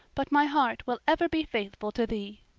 but my heart will ever be faithful to thee.